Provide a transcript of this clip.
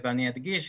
אני אדגיש,